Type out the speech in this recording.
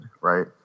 right